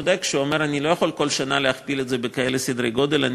צודק כשהוא אומר: אני לא יכול כל שנה להכפיל את זה בסדרי גודל כאלה,